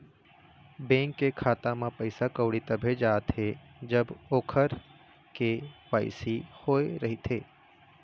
bank के खाता म पइसा कउड़ी तभे जाथे जब ओखर के.वाई.सी होए रहिथे